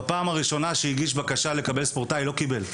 בפעם הראשונה שהגיש בקשה לקבל מעמד ספורטאי לא קיבל.